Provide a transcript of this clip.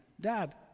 Dad